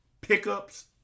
pickups